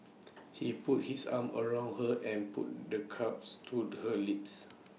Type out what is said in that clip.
he put his arm around her and put the cups to the her lips